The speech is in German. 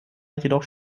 jedoch